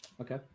Okay